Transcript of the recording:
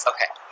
Okay